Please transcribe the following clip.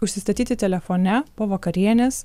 užsistatyti telefone po vakarienės